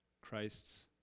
Christ's